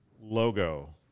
logo